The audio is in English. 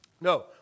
No